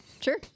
Sure